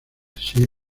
siria